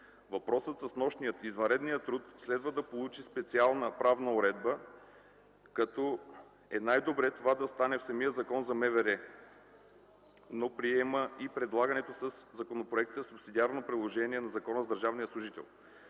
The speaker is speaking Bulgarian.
Въпросът с нощния и извънредния труд следва да получи специална правна уредба, като е най-добре това да стане в самия Закон за МВР, но приема и предлаганото със законопроекта субсидиарно приложение на Закона за държавния служител.